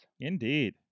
Indeed